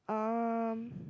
um